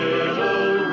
Little